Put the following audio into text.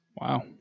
Wow